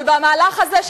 אבל במהלך הזה,